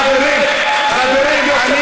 חברים, חברים, אני